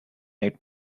egg